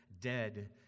dead